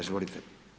Izvolite.